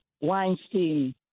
Weinstein